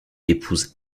épouse